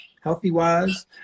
healthy-wise